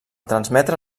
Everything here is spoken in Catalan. transmetre